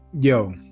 yo